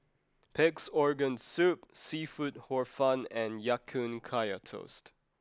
Pig'S organ soup seafood Hor Fun and Ya Kun Kaya Toast